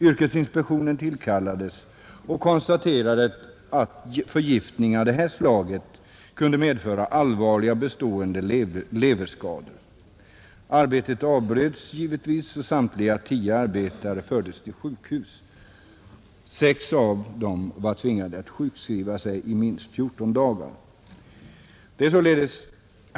Yrkesinspektionen tillkallades och konstaterade att förgiftning av det här slaget kunde medföra allvarliga, bestående leverskador. Arbetet avbröts givetvis och samtliga tio arbetare fördes till sjukhus. Sex av dem blev tvingade att sjukskriva sig i minst 14 dagar.